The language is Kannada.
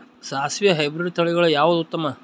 ಸಾಸಿವಿ ಹೈಬ್ರಿಡ್ ತಳಿಗಳ ಯಾವದು ಉತ್ತಮ?